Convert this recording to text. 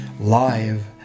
live